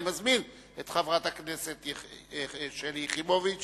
אני מזמין את חברת הכנסת שלי יחימוביץ